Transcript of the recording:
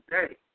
today